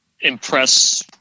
impress